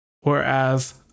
whereas